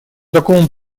такому